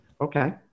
Okay